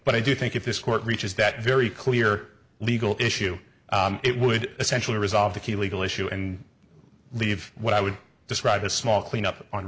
but i do think if this court reaches that very clear legal issue it would essentially resolve the key legal issue and leave what i would describe a small clean up on